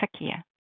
Sakia